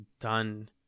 done